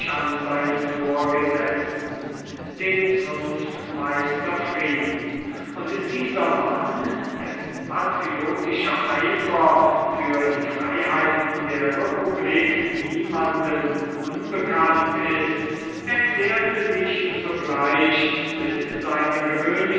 an seinen vorgesetzten den zunftmeister pfrieme und dieser mann dessen patriotischer eifer für die constitution der republik niemanden unbekannt ist erklärte sich sogleich mit seiner